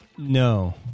No